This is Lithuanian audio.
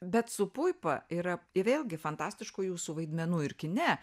bet su puipa yra i vėlgi fantastiškų jūsų vaidmenų ir kine